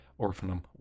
orphanum